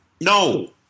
No